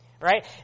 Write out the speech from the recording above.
right